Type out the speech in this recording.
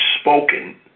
spoken